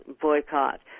boycott